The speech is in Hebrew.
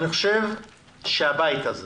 אני חושב שהבית הזה